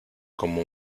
como